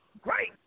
great